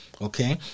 Okay